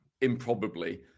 improbably